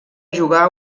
jugar